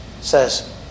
says